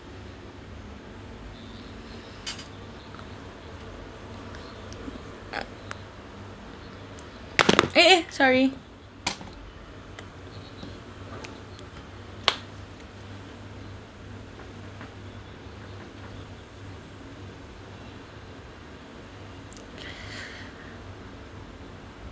uh eh eh sorry